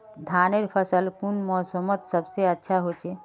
धानेर फसल कुन मोसमोत सबसे अच्छा होचे?